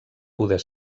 poder